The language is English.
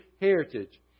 heritage